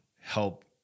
help